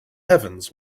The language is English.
heavens